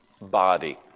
body